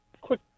quick